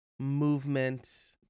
movement